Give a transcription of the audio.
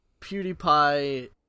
PewDiePie